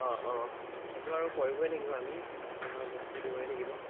অঁ অঁ সেইটো আৰু কৰিবই লাগিব আমি কাষ্টমাৰক বস্তু দিবই লাগিব